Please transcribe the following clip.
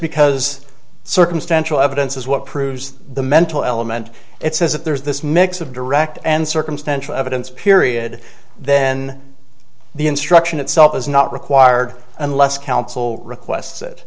because circumstantial evidence is what proves the mental element it says that there's this mix of direct and circumstantial evidence period then the instruction itself is not required unless counsel requests it